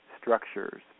structures